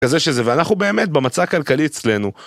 כזה שזה, ואנחנו באמת במצע הכלכלי אצלנו.